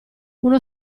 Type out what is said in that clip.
uno